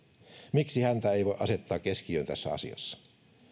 miksi häntä ei voi asettaa keskiöön tässä asiassa